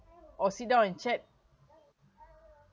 or sit down and chat